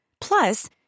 Plus